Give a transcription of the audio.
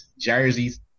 jerseys